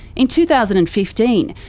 in two thousand and fifteen,